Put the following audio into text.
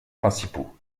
principaux